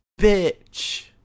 bitch